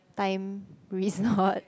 time resort